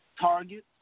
targets